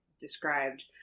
described